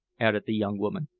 added the young woman,